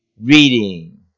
reading